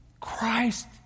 Christ